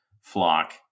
flock